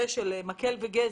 מקל וגזר,